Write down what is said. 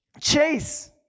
chase